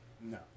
No